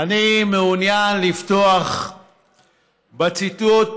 אני מעוניין לפתוח בציטוט,